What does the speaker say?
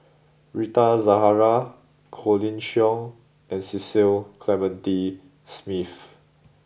Rita Zahara Colin Cheong and Cecil Clementi Smith